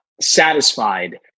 satisfied